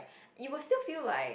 it will still feel like